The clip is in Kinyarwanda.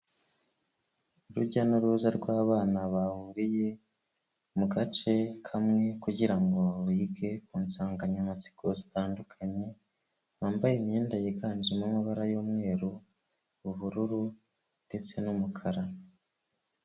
Urujya n'uruza rw'abana bahuriye mugace kamwe, kugirango bige ku nsanganyamatsiko zitandukanye, bambaye imyenda yiganjyemo amabara y'umweru, ubururu ndetse n'umukara.